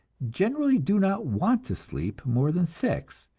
generally do not want to sleep more than six,